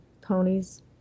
Ponies